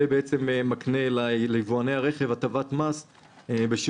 זה מקנה ליבואני הרכב הטבת מס בשיעור